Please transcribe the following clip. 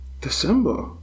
December